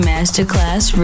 Masterclass